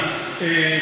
אדוני.